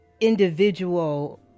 individual